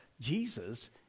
Jesus